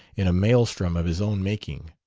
in a maelstrom of his own making.